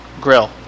grill